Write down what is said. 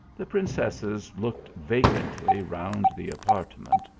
the princesses looked vacantly round the apart ment,